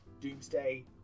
Doomsday